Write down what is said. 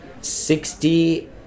sixty